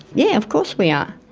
yeah, of course we are.